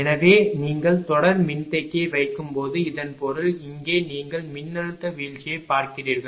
எனவே நீங்கள் தொடர் மின்தேக்கியை வைக்கும்போது இதன் பொருள் இங்கே நீங்கள் மின்னழுத்த வீழ்ச்சியைப் பார்க்கிறீர்கள்